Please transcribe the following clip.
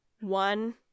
One